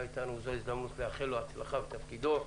זוהי ההזדמנות לאחל לו הצלחה בתפקידו.